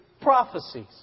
prophecies